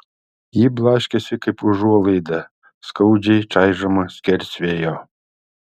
ji blaškėsi kaip užuolaida skaudžiai čaižoma skersvėjo